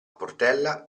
portella